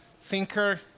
thinker